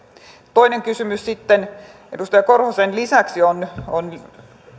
toinen kysymys edustaja korhosen lisäksi on